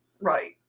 Right